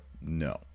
no